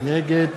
נגד